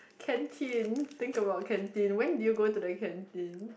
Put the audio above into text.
canteen think about canteen when did you go to the canteen